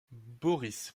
boris